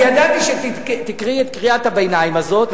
אני ידעתי שתקראי את קריאת הביניים הזאת,